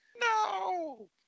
No